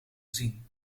zien